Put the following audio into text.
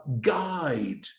guide